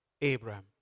Abraham